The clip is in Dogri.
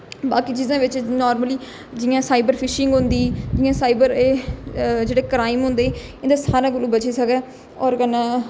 बाकी चीजां बिच्च नार्मली जियां साइबर फिशिंग होंदी जियां साइबर एह् जेह्ड़े क्राइम होंदें इं'दा सारे कोला बची सकै होर कन्नै